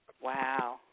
Wow